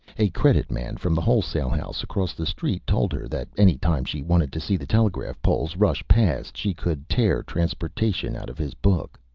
a credit man from the wholesale house across the street told her that any time she wanted to see the telegraph poles rush past, she could tear transportation out of his book.